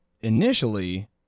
initially